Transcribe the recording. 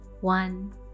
one